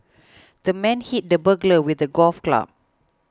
the man hit the burglar with a golf club